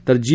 तर जी